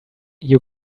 you